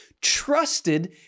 trusted